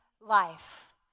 life